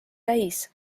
täis